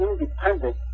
independent